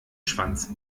schwanz